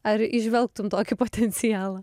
ar įžvelgtum tokį potencialą